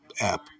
app